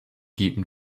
geben